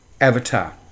avatar